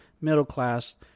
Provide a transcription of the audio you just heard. middle-class